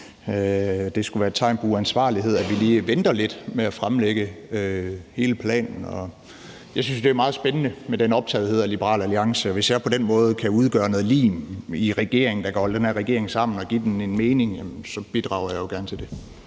det skulle være et tegn på uansvarlighed, at vi lige venter lidt med at fremlægge hele planen, og jeg synes, det er meget spændende med den optagethed af Liberal Alliance. Og hvis jeg på den måde kan udgøre noget lim i regeringen, der kan holde den her regering sammen og give den en mening, bidrager jeg jo gerne til det.